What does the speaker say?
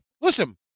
Listen